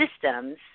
systems